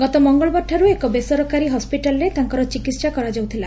ଗତ ମଙ୍ଗଳବାରଠାରୁ ଏକ ବେସରକାରୀ ହସ୍କିଟାଲ୍ରେ ତାଙ୍କର ଚିକିହା କରାଯାଉଥିଲା